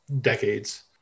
decades